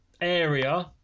area